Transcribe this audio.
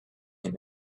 him